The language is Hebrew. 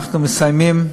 שאנחנו מסיימים.